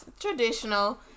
traditional